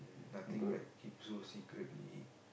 nothing like keep so secretly